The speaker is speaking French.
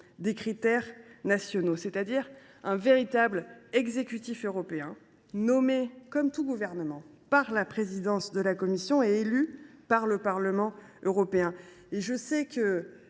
de critères nationaux, c’est à dire d’un exécutif européen nommé, comme tout gouvernement, par la présidence de la Commission et élu par le Parlement européen.